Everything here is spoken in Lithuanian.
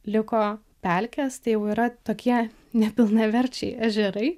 liko pelkės tai jau yra tokie nepilnaverčiai ežerai